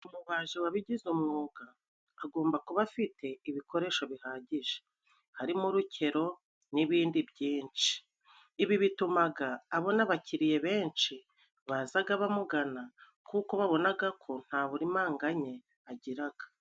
Umubaji wabigize umwuga agomba kuba afite ibikoresho bihagije, harimo urukero n'ibindi byinshi ibi bitumaga abona bakiriye benshi bazaga bamugana kuko babonaga ko nta burimanganyi agiraga.